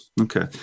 Okay